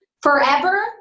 Forever